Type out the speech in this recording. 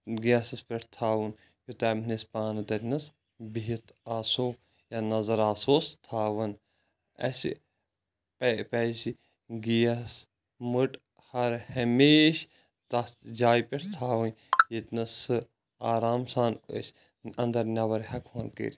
گیسَس پٮ۪ٹھ تھاوُن یوٚتام نہٕ أسۍ پانہٕ تَتہِ نَس بِہِتھ آسَو یا نظر آسو تھاوَن اَسہِ پَزِ گیس مٕٹ ہَر ہَمیشہٕ تَتھ جایہِ پٮ۪ٹھ تھاوٕنۍ ییٚتہِ نَس سُہ آرام سان أسۍ اَنٛدَر نٮ۪بَر ہیٚکَو کٔرِتھ